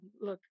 look